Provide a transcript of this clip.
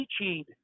teaching